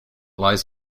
lies